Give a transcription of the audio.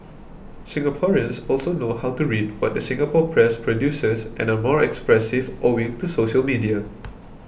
Singaporeans also know how to read what the Singapore press produces and are more expressive owing to social media